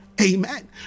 Amen